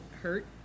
hurt